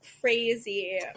crazy